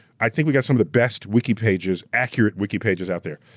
i think we got some of the best wiki pages, accurate wiki pages out there.